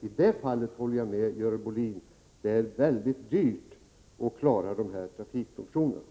I det fallet håller jag med Görel Bohlin — det är väldigt dyrt att klara de här trafikfunktionerna.